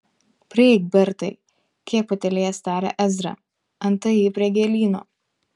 prieik bertai kiek patylėjęs tarė ezra antai ji prie gėlyno